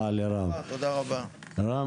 רם,